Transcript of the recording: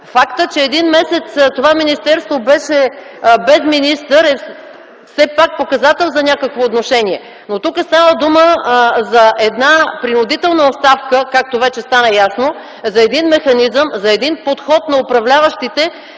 Фактът, че един месец това министерство беше без министър все пак е показател за някакво отношение. Но тук става дума за една принудителна оставка, както вече стана ясно, за един механизъм, за един подход на управляващите